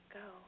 go